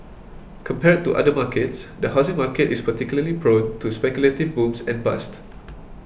compared to other markets the housing market is particularly prone to speculative booms and bust